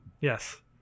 Yes